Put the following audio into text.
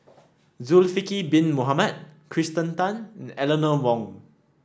Zulkifli Bin Mohamed Kirsten Tan and Eleanor Wong